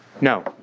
No